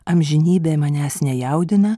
amžinybė manęs nejaudina